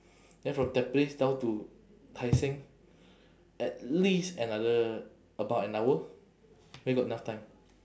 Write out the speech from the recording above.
then from tampines down to tai seng at least another about an hour where got enough time